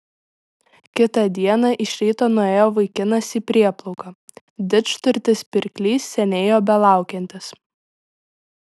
kitą dieną iš ryto nuėjo vaikinas į prieplauką didžturtis pirklys seniai jo belaukiantis